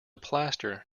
plaster